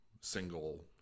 single